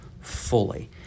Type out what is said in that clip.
fully